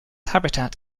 habitat